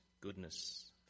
goodness